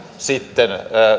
sitten